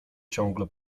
ciągle